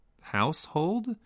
household